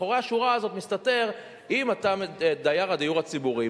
מאחורי השורה הזאת מסתתר: אם אתה דייר הדיור הציבורי,